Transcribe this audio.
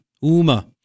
Uma